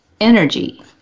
energy